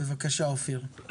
בבקשה, אופיר.